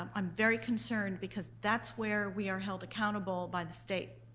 um i'm very concerned because that's where we are held accountable by the state.